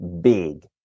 big